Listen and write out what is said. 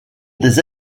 les